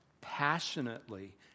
passionately